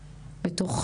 בתוך